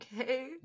okay